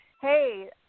hey